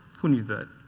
who needs that?